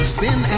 sin